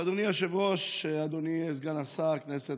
אדוני היושב-ראש, אדוני סגן השר, כנסת